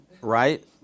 right